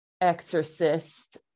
exorcist